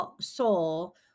soul